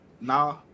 Nah